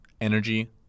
Energy